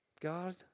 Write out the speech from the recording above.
God